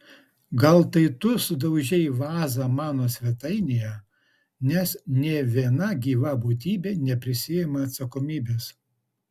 gal tai tu sudaužei vazą mano svetainėje nes nė viena gyva būtybė neprisiima atsakomybės